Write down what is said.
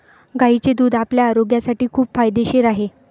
गायीचे दूध आपल्या आरोग्यासाठी खूप फायदेशीर आहे